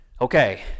Okay